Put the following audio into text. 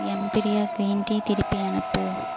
எம்பீரியா green tea திருப்பி அனுப்பு